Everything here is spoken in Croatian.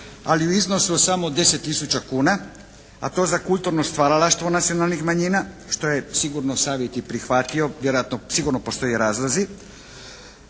ali u iznosu od samo 10 tisuća kuna, a to za kulturno stvaralaštvo nacionalnih manjina, što je sigurno savjet i prihvatio vjerojatno sigurno postoje razlozi,